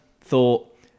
thought